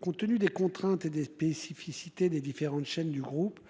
Compte tenu des contraintes et des spécificités des différentes chaînes du groupe.